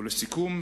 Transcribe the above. ולסיכום,